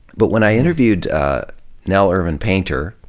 but when i interviewed nell irvin painter,